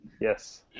Yes